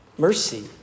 Mercy